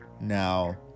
Now